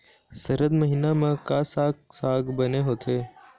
सरद महीना म का साक साग बने होथे?